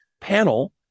panel